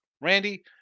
Randy